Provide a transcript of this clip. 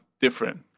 different